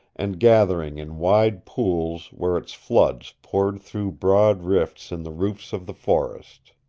and gathering in wide pools where its floods poured through broad rifts in the roofs of the forest.